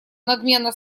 надменно